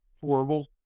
horrible